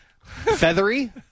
Feathery